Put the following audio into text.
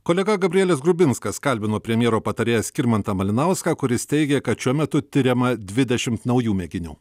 kolega gabrielius grubinskas kalbino premjero patarėją skirmantą malinauską kuris teigia kad šiuo metu tiriama dvidešimt naujų mėginių